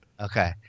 Okay